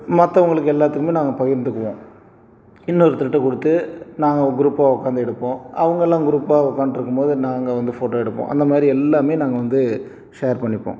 மத்தவங்களுக்கு எல்லாத்துக்குமே நாங்கள் பகிர்ந்துக்குவோம் இன்னொருத்தருக்கிட்ட கொடுத்து நாங்கள் குரூப்பாக உட்காந்து எடுப்போம் அவங்களும் குரூப்பாக உக்காந்துட்ருக்கும்போது நாங்கள் வந்து ஃபோட்டோ எடுப்போம் அந்த மாதிரி எல்லாமே நாங்கள் வந்து ஷேர் பண்ணிப்போம்